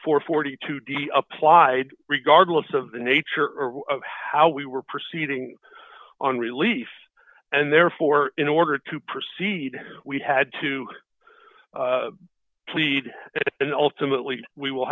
and forty two d applied regardless of the nature of how we were proceeding on relief and therefore in order to proceed we had to plead and ultimately we will